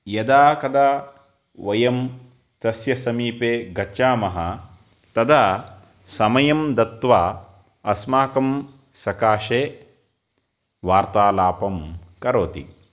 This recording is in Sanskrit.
यदा कदा वयं तस्य समीपे गच्छामः तदा समयं दत्वा अस्माकं सकाशे वार्तालापं करोति